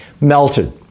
melted